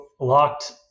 locked